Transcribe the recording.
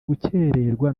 gukererwa